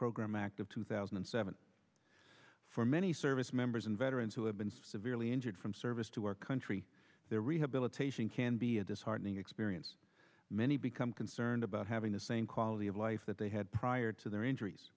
program act of two thousand and seven for many service members and veterans who have been severely injured from service to our country their rehabilitation can be a disheartening experience many become concerned about having the same quality of life if that they had prior to their injuries